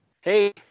Hey